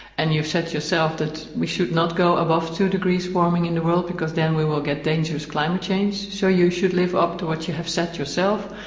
and you've said yourself that we should not go above two degrees warming in the world because then we will get dangerous climate change, so you should live up to what you have set yourself.